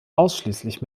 ausschließlich